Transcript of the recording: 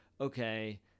okay